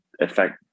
affect